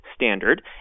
standard